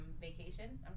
vacation